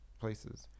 places